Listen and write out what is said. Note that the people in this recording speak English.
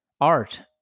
art